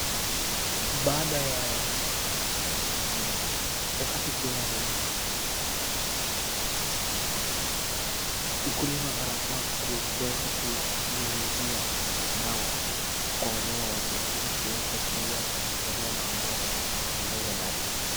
Baada ya wakati fulani mkulima anafaa kuaza kunyunyizia dawa kwa wanyama wake ili kuweza kuua wanyama ambao wanawanyonya damu.